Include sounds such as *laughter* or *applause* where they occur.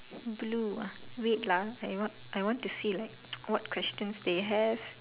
blue ah wait lah I want I want to see like *noise* what questions they have